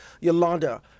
Yolanda